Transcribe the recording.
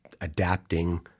adapting